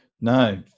No